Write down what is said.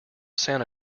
santa